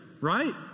right